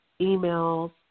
emails